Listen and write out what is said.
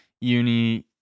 uni